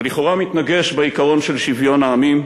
ולכאורה מתנגש בעיקרון של שוויון העמים.